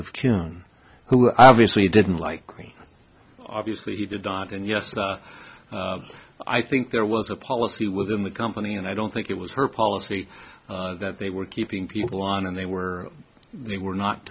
coon who obviously didn't like me obviously he did not and yes i think there was a policy within the company and i don't think it was her policy that they were keeping people on and they were they were not